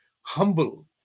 humble